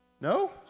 no